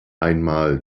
einmal